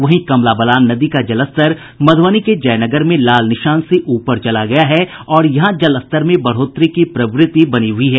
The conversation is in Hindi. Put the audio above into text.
वहीं कमला बलान नदी का जलस्तर मध्रबनी के जयनगर में लाल निशान से ऊपर चला गया है और यहां जलस्तर में बढ़ोतरी देखी जा रही है